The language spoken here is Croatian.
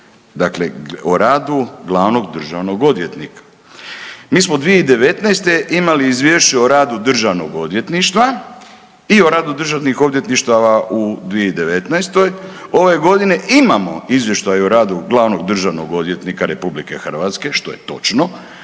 dakle o radu glavnog državnog odvjetnika. Mi smo 2019. imali izvješće o radu državnog odvjetništva i o radu državnih odvjetništava u 2019., ove godine imamo izvještaj o radu glavnog državnog odvjetnika RH što je točno,